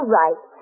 right